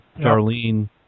Darlene